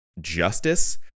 justice